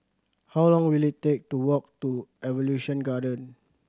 how long will it take to walk to Evolution Garden Walk